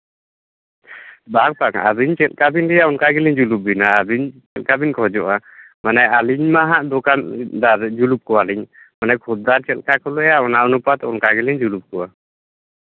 ᱵᱟᱝ ᱟᱹᱵᱤᱱ ᱪᱮᱫᱠᱟ ᱵᱤᱱ ᱞᱟᱹᱭᱟ ᱚᱱᱠᱟ ᱜᱮᱞᱤᱧ ᱡᱩᱞᱩᱯ ᱵᱤᱱᱟ ᱟᱹᱵᱤᱱ ᱪᱮᱫᱠᱟ ᱵᱤᱱ ᱠᱷᱚᱡᱚᱜᱼᱟ ᱢᱟᱱᱮ ᱟᱹᱞᱤᱧ ᱢᱟ ᱦᱟᱸᱜ ᱫᱚᱠᱟᱱᱫᱟᱨ ᱡᱩᱞᱩᱯ ᱠᱚᱣᱟᱞᱤᱧ ᱢᱟᱱᱮ ᱠᱷᱩᱫᱽᱫᱟᱨ ᱪᱮᱫᱠᱟ ᱠᱚ ᱞᱟᱹᱭᱟ ᱚᱱᱟ ᱚᱱᱩᱯᱟᱛ ᱚᱱᱠᱟ ᱜᱮᱞᱤᱧ ᱡᱩᱞᱩᱯ ᱠᱚᱣᱟ